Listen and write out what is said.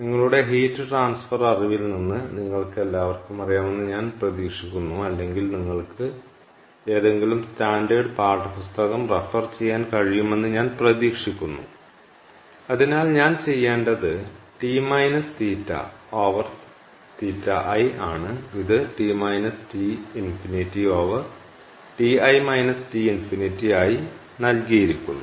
നിങ്ങളുടെ heat transfer അറിവിൽ നിന്ന് നിങ്ങൾക്കെല്ലാവർക്കും അറിയാമെന്ന് ഞാൻ പ്രതീക്ഷിക്കുന്നു അല്ലെങ്കിൽ നിങ്ങൾക്ക് ഏതെങ്കിലും സ്റ്റാൻഡേർഡ് പാഠപുസ്തകം റഫർ ചെയ്യാൻ കഴിയുമെന്ന് ഞാൻ പ്രതീക്ഷിക്കുന്നു അതിനാൽ ഞാൻ ചെയ്യേണ്ടത് T θ ഓവർ θi ആണ് ഇത് T T∞ over Ti T∞ ആയി നൽകിയിരിക്കുന്നു